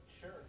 Sure